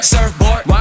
Surfboard